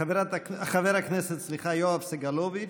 חבר הכנסת יואב סגלוביץ',